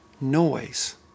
noise